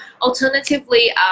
alternatively